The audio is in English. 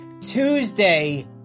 Tuesday